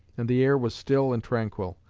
and the air was still and tranquil.